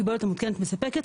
הקיבולת המותקנת מספקת.